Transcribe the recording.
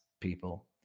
people